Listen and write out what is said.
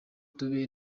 tube